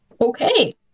Okay